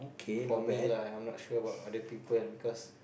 for me lah I'm not sure about other people because